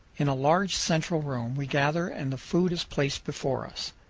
in a large central room we gather and the food is placed before us.